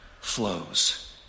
flows